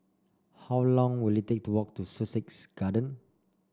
how long will it take to walk to Sussex Garden